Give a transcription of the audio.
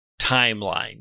timeline